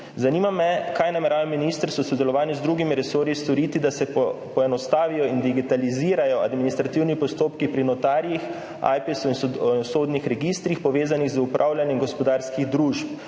Zanima me, kaj namerava ministrstvo v sodelovanju z drugimi resorji storiti, da se poenostavijo in digitalizirajo administrativni postopki pri notarjih, Ajpesu in sodnih registrih, povezanih z upravljanjem gospodarskih družb.